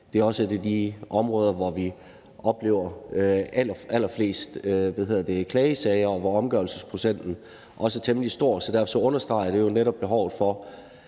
Det er også et af de områder, hvor vi oplever allerflest klagesager, og hvor omgørelsesprocenten er temmelig stor. Derfor understreger det netop behovet for,